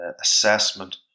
assessment